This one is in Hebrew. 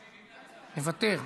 מוותר,